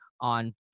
on